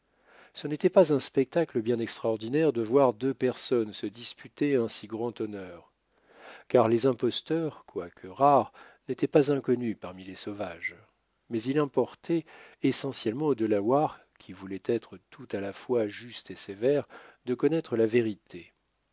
ce n'était pas un spectacle bien extraordinaire de voir deux personnes se disputer un si grand honneur car les imposteurs quoique rares n'étaient pas inconnus parmi les sauvages mais il importait essentiellement aux delawares qui voulaient être tout à la fois justes et sévères de connaître la vérité